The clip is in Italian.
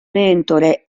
mentore